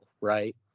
right